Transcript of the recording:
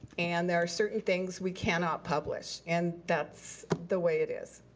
and there are certain things we cannot publish, and that's the way it is.